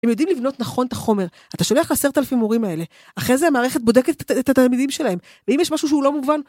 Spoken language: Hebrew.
אם יודעים לבנות נכון את החומר, אתה שולח לעשרת אלפים הורים האלה. אחרי זה המערכת בודקת את התלמידים שלהם. ואם יש משהו שהוא לא מובן...